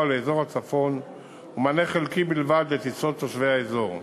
לאזור הצפון ומענה חלקי בלבד לטיסות תושבי האזור.